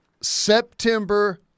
September